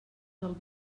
del